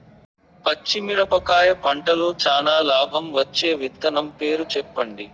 పచ్చిమిరపకాయ పంటలో చానా లాభం వచ్చే విత్తనం పేరు చెప్పండి?